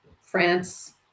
France